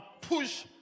push